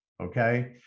okay